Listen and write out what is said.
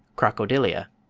crocodilia.